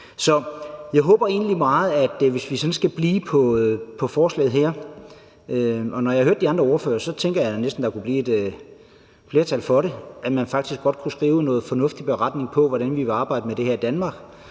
Så jeg håber egentlig meget, at vi sådan kan blive på forslaget her, for jeg har hørt de andre ordførere, og så tænker jeg næsten, at der kunne blive et flertal for det, og at man faktisk godt kunne skrive noget fornuftigt i en beretning om, hvordan vi vil arbejde med det her i Danmark,